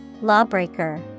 Lawbreaker